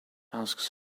asks